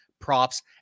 props